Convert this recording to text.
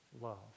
love